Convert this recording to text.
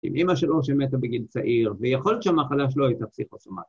‫עם אמא שלו שמתה בגיל צעיר, ‫ויכול להיות שהמחלה שלו הייתה פסיכוסומטית.